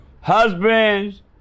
husbands